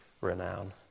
renown